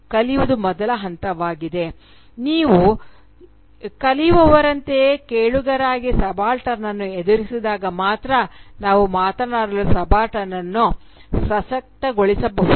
ಈಗ ನೀವು ಕಲಿಯುವವರಂತೆ ಕೇಳುಗರಾಗಿ ಸಬಾಲ್ಟರ್ನ್ ಅನ್ನು ಎದುರಿಸಿದಾಗ ಮಾತ್ರ ನಾವು ಮಾತನಾಡಲು ಸಬಾಲ್ಟರ್ನ್ ಅನ್ನು ಸಶಕ್ತಗೊಳಿಸಬಹುದು